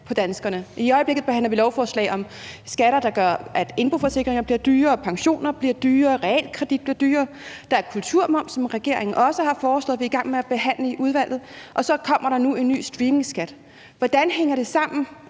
I øjeblikket behandler vi lovforslag om skatter, der gør, at indboforsikringer bliver dyrere, at pensioner bliver dyrere, og at realkreditlån bliver dyrere. Der er en kulturmoms, som regeringen også har foreslået, og som vi er i gang med at behandle i udvalget, og så kommer der nu en ny streamingskat. Hvordan hænger det sammen,